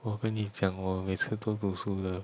我跟你讲我每次都读书的